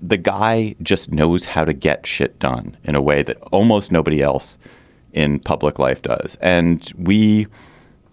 the guy just knows how to get shit done in a way that almost nobody else in public life does. and we